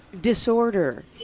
disorder